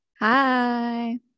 Hi